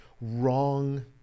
wrong